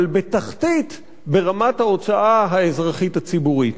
אבל בתחתית ברמת ההוצאה האזרחית הציבורית.